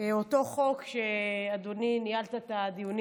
אותו חוק שאתה, אדוני, ניהלת את הדיונים